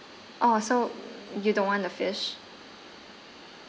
orh so you don't want the fish